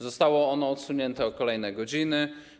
Zostało ono przesunięte o kolejne godziny.